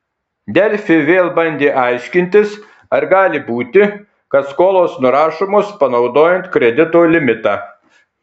delfi vėl bandė aiškintis ar gali būti kad skolos nurašomos panaudojant kredito limitą